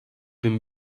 bin